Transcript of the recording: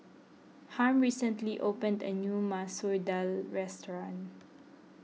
Harm recently opened a new Masoor Dal restaurant